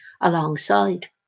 alongside